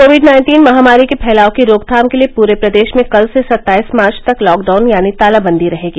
Covid nineteen महामारी के फैलाव की रोकथाम के लिए पूरे प्रदेश में कल से सत्ताईस मार्च तक लॉकडाउन यानी तालाबंदी रहेगी